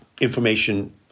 information